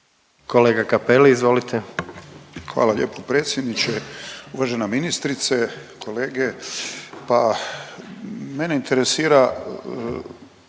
**Cappelli, Gari (HDZ)** Hvala lijepo predsjedniče. Uvažena ministrice, kolege, pa mene interesira